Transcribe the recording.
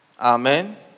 Amen